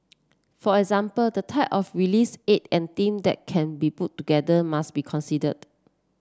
for example the type of reliefs aid and team that can be put together must be considered